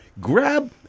grab